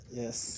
yes